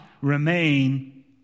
remain